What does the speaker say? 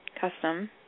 custom